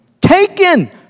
taken